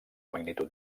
magnitud